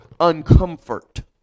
uncomfort